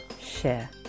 Share